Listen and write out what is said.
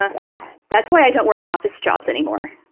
ah wow. that's why i don't work office jobs anymore.